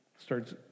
starts